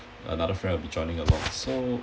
another friend will be joining along so